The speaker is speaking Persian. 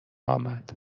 آمد